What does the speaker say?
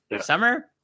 Summer